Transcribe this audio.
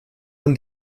ohne